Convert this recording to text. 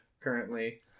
currently